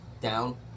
down